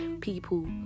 people